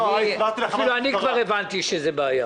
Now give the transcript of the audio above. אפילו אני כבר הבנתי שזו בעיה.